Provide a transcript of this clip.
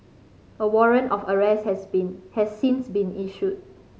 a warrant of arrest has been has since been issued